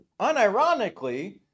unironically